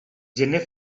gener